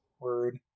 word